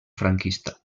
franquista